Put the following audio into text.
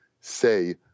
say